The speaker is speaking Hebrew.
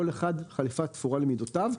כל אחד חליפה תפורה למידותיו.